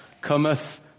cometh